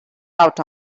out